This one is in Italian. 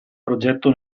progetto